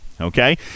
okay